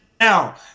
now